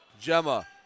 Gemma